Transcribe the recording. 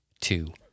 two